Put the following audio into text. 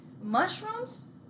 Mushrooms